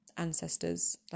ancestors